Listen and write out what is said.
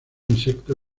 insecto